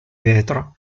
vetro